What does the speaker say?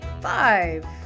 five